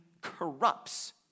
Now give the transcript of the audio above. corrupts